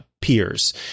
peers